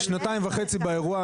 אני שנתיים וחצי באירוע,